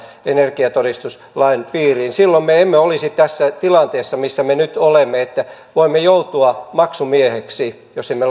energiatodistuslain piiriin silloin me emme olisi tässä tilanteessa missä me nyt olemme että voimme joutua maksumieheksi jos emme